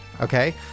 Okay